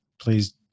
please